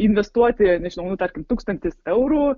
investuoti nežinau nu tarkim tūkstantis eurų